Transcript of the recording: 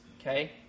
okay